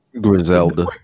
Griselda